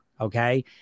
Okay